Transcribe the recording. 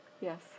Yes